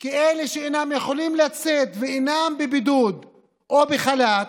כי אלה שאינם יכולים לצאת ואינם בבידוד או בחל"ת,